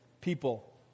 people